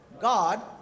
God